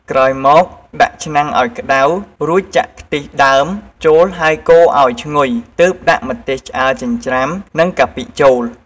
ក្រោយមកដាក់ឆ្នាំងឲ្យក្តៅរួចចាក់ខ្ទិះដើមចូលហេីយកូរអោយឈ្ងុយទើបដាក់ម្ទេសឆ្អើរចិញ្រ្ចាំ និងកាពិចូល។